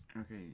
okay